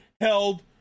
held